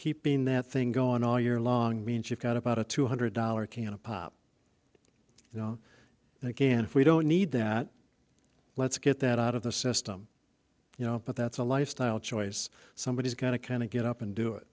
keeping that thing going all year long means you've got about a two hundred dollars can a pop you know and again if we don't need that let's get that out of the system you know but that's a lifestyle choice somebody's got to kind of get up and do it